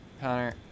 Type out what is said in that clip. Connor